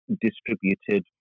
distributed